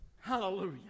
Hallelujah